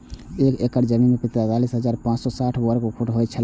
एक एकड़ जमीन तैंतालीस हजार पांच सौ साठ वर्ग फुट होय छला